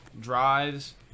drives